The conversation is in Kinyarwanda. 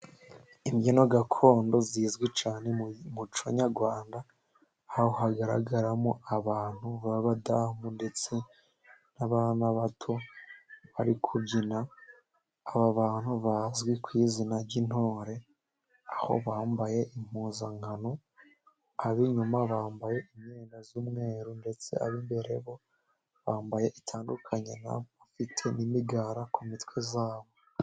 Imbyino gakondo zizwi cyane mu muco nyarwanda . Aho hagaragaramo abantu b'abadamu ndetse n'bana bato bari kubyina. Aba bantu bazwi ku izina ry'intore aho bambaye impuzankano . Ab'inyuma bambaye imyenda y'umweru, ndetse ab'imbere bo bambaye itandukanye na bo , ikaba ifite n'imigara ku mitwe zabo.